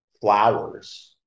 flowers